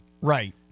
Right